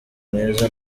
mwiza